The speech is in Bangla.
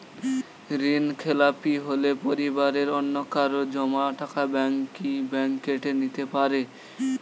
ঋণখেলাপি হলে পরিবারের অন্যকারো জমা টাকা ব্যাঙ্ক কি ব্যাঙ্ক কেটে নিতে পারে?